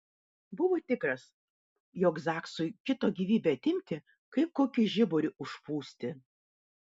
buvo tikras jog zaksui kito gyvybę atimti kaip kokį žiburį užpūsti